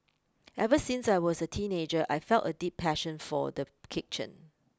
ever since I was a teenager I've felt a deep passion for the kitchen